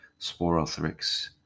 sporothrix